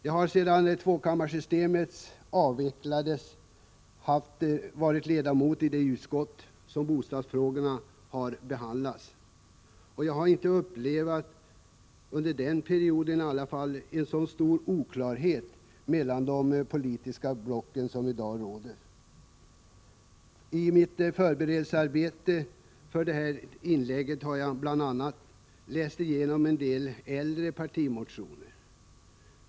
Jag har sedan tvåkammarsystemet avvecklades varit ledamot i det utskott där bostadsfrågorna behandlas, och jag har åtminstone inte under den perioden upplevt en så stor oklarhet mellan de politiska blocken som den som i dag råder. I mitt förberedelsearbete för detta inlägg har jag bl.a. läst igenom en del äldre partimotioner.